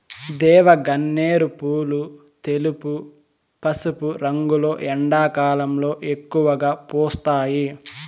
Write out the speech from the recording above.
దేవగన్నేరు పూలు తెలుపు, పసుపు రంగులో ఎండాకాలంలో ఎక్కువగా పూస్తాయి